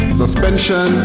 suspension